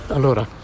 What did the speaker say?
Allora